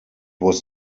was